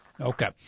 Okay